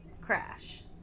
crash